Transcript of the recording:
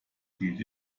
hielt